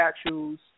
statues